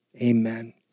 Amen